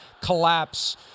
collapse –